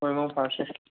ꯍꯣꯏ ꯃꯪ ꯐꯔꯁꯦ